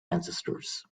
ancestors